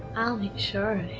i'll make sure